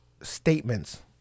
statements